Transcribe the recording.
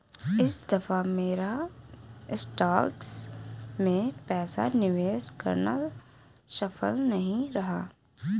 इस दफा मेरा स्टॉक्स में पैसा निवेश करना सफल नहीं रहा